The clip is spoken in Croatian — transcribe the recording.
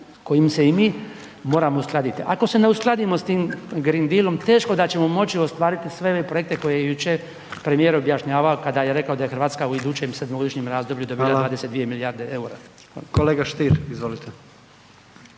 kojim se i mi moramo uskladiti. Ako se ne uskladimo s tim Green Dealom, teško da ćemo moći ostvariti sve ove projekte koje je jučer premijer objašnjavao kada je rekao da je Hrvatska u idućem 7-godišnjem razdoblju dobila 22 milijarde eura. **Jandroković,